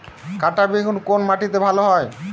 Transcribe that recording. কাঁটা বেগুন কোন মাটিতে ভালো হয়?